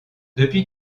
depuis